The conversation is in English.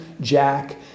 Jack